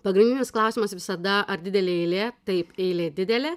pagrindinis klausimas visada ar didelė eilė taip eilė didelė